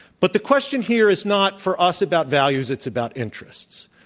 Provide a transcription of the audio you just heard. but the question here is not for us about values, it's about interests.